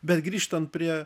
bet grįžtant prie